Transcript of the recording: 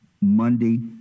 Monday